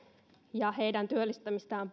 ja heidän työllistämistään